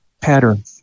pattern